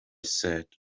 said